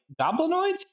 goblinoids